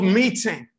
meeting